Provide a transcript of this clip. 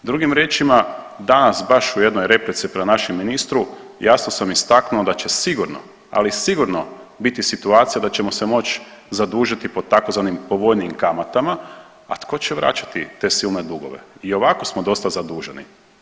Drugim riječima, danas baš u jednoj replici prema našem ministru jasno sam istaknuo da će sigurno, ali sigurno biti situacija da ćemo se moć zadužiti po tzv. povoljnijim kamatama, a tko će vraćati te silne dugove i ovako smo dosta zaduženi.